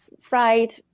fried